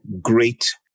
great